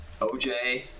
OJ